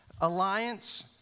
Alliance